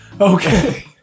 Okay